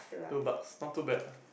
two bucks not too bad lah